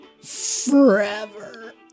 Forever